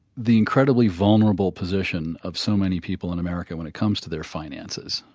the incredibly vulnerable position of so many people in america when it comes to their finances.